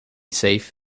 safe